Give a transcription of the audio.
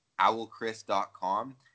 owlchris.com